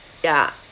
yeah